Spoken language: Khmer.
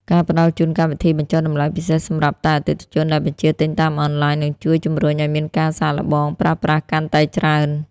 ការផ្ដល់ជូនកម្មវិធីបញ្ចុះតម្លៃពិសេសសម្រាប់តែអតិថិជនដែលបញ្ជាទិញតាមអនឡាញ នឹងជួយជម្រុញឱ្យមានការសាកល្បងប្រើប្រាស់កាន់តែច្រើន។